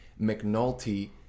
mcnulty